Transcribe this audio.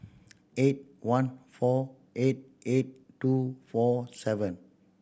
eight one four eight eight two four seven